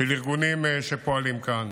של ארגונים שפועלים כאן